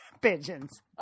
pigeons